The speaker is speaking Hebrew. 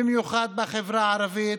במיוחד בחברה הערבית,